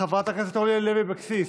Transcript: חברת הכנסת אורלי לוי אבקסיס,